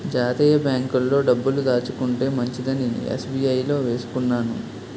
జాతీయ బాంకుల్లో డబ్బులు దాచుకుంటే మంచిదని ఎస్.బి.ఐ లో వేసుకున్నాను